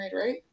right